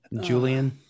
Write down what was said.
Julian